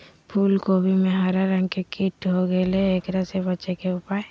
फूल कोबी में हरा रंग के कीट हो गेलै हैं, एकरा से बचे के उपाय?